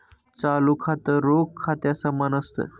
चालू खातं, रोख खात्या समान असत